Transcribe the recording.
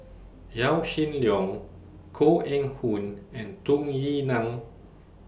Yaw Shin Leong Koh Eng Hoon and Tung Yue Nang